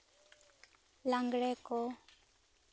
ᱞᱟᱜᱽᱲᱮ ᱠᱚ